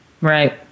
Right